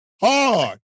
Hard